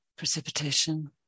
precipitation